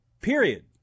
Period